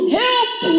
help